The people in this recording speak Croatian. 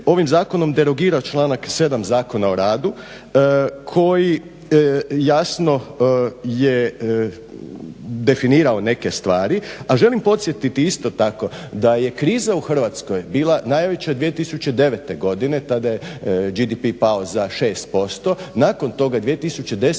ovim zakonom derogira članak 7. Zakona o radu koji jasno je definirao neke stvari, a želim podsjetiti isto tako da je kriza u Hrvatskoj bila najveća 2009. godine. Tada je BDP pao za 6%. Nakon toga 2010.